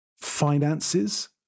Finances